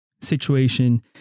situation